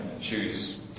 choose